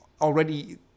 already